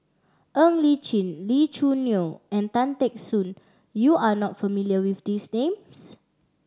Ng Li Chin Lee Choo Neo and Tan Teck Soon you are not familiar with these names